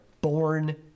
born